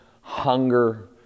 hunger